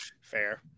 Fair